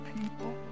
people